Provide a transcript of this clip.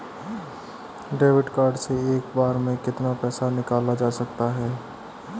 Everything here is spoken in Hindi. डेबिट कार्ड से एक बार में कितना पैसा निकाला जा सकता है?